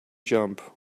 jump